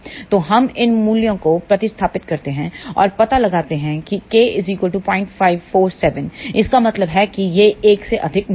तो हम इन मूल्यों को प्रतिस्थापित करते हैं और पता लगाते हैं कि K 0547 इसका मतलब है कि यह 1 से अधिक नहीं है